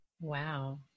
Wow